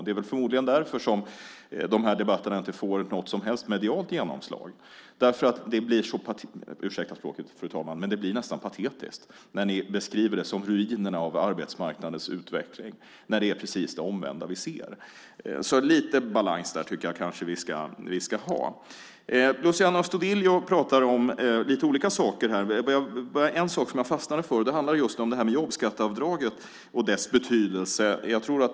Det är förmodligen därför som dessa debatter inte får något som helst medialt genomslag. Det blir - ursäkta språket, fru talman - nästan patetiskt när ni beskriver det som ruinerna av arbetsmarknadens utveckling när det är precis det omvända vi ser. Lite balans tycker jag att vi ska ha. Luciano Astudillo pratar om lite olika saker. En sak fastnade jag för. Det handlade om jobbskatteavdraget och dess betydelse.